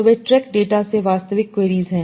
तो वे TREC data से वास्तविक queries हैं